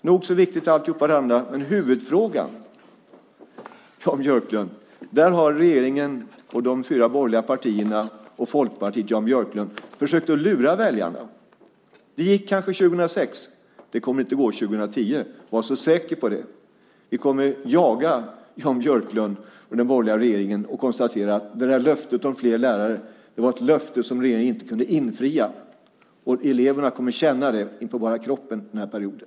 Alltihop det andra är nog så viktigt, men i huvudfrågan, Jan Björklund, där har regeringen, de fyra borgerliga partierna och folkpartisten Jan Björklund försökt att lura väljarna. Det gick kanske 2006. Men det kommer inte att gå 2010, var så säker på det. Vi kommer att jaga Jan Björklund och den borgerliga regeringen och konstatera att löftet om fler lärare var ett löfte som regeringen inte kunde infria. Och eleverna kommer att känna det inpå bara kroppen under den här perioden.